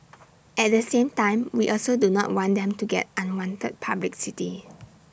at the same time we also do not want them to get unwanted publicity